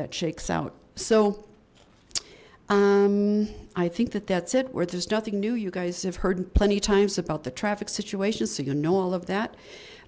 that shakes out so i think that that's it where there's nothing new you guys have heard plenty times about the traffic situations so you know all of that